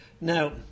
Now